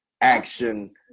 Action